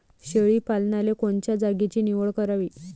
शेळी पालनाले कोनच्या जागेची निवड करावी?